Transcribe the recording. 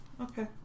Okay